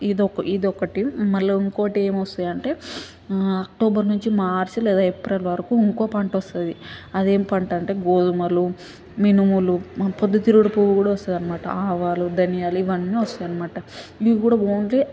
ఇదొక ఇదొకటి మళ్ళీ ఇంకోటి ఏమి వస్తాయంటే అక్టోబర్ నుంచి మార్చి లేదా ఏప్రియల్ వరకు ఇంకో పంట వస్తుంది అదేం పంట అంటే గోధుమలు మినుములు ప్రొద్దుతిరుగుడు పువ్వు కూడా వస్తుంది అనమాట ఆవాలు ధనియాలు ఇవన్నీ వస్తాయి అనమాట ఇవి కూడా ఓన్లీ